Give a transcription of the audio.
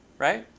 right?